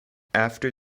after